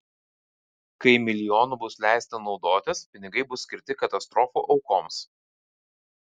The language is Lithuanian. kai milijonu bus leista naudotis pinigai bus skirti katastrofų aukoms